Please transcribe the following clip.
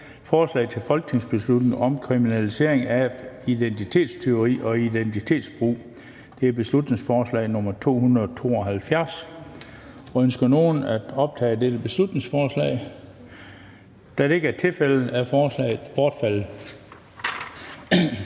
Forslag til folketingsbeslutning om kriminalisering af identitetstyveri og identitetsmisbrug. (Beslutningsforslag nr. 272). Ønsker nogen at optage dette beslutningsforslag? Da det ikke er tilfældet, er forslaget bortfaldet.